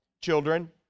Children